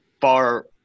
far